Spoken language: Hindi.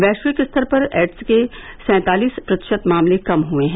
वैश्विक स्तर पर एड्स के सैंतालिस प्रतिशत मामले कम हए है